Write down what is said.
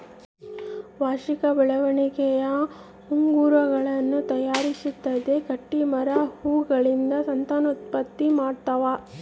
ವಾರ್ಷಿಕ ಬೆಳವಣಿಗೆಯ ಉಂಗುರಗಳನ್ನು ತೋರಿಸುತ್ತದೆ ಗಟ್ಟಿಮರ ಹೂಗಳಿಂದ ಸಂತಾನೋತ್ಪತ್ತಿ ಮಾಡ್ತಾವ